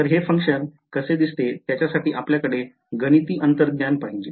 तर हे function कसे दिसते त्याच्यासाठी आपल्याकडे गणिती अंतर्ज्ञान पाहिजे